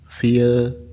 fear